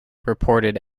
reported